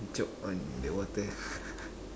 choke on the water